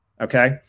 okay